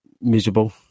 miserable